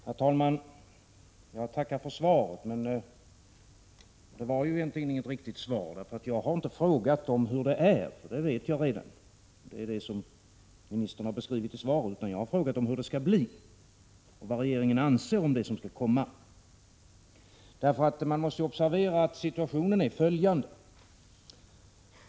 Herr talman! Jag tackar för svaret på min fråga, men det var egentligen inget riktigt svar. Jag har inte frågat om vad som gäller, för det vet jag redan, men det är det som statsrådet har beskrivit i sitt svar. Jag har frågat om hur det skall bli och vad regeringen anser om det som skall komma. Situationen är följande.